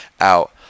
out